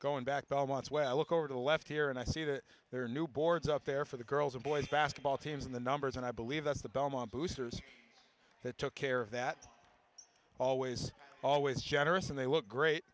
going back i once when i look over to the left here and i see that there are new boards up there for the girls and boys basketball teams in the numbers and i believe that's the belmont boosters that took care of that always always generous and they look great